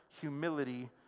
humility